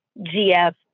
GF